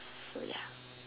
so ya